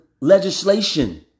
legislation